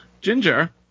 Ginger